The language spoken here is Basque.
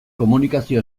komunikazio